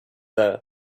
there